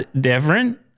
different